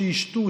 שישתו,